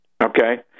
okay